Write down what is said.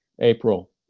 April